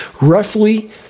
roughly